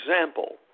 example